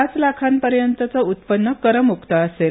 पाच लाखांपर्यंतचं उत्पन्न करमुक्त असेल